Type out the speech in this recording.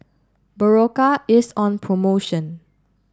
Berocca is on promotion